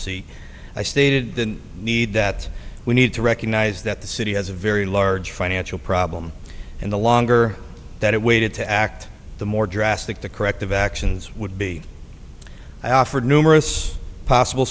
c i stated the need that we need to recognize that the city has a very large financial problem and the longer that it waited to act the more drastic the corrective actions would be i offered numerous possible